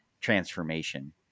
transformation